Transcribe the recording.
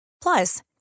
Plus